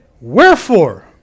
Wherefore